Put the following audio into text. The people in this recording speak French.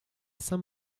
saint